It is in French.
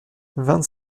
vingt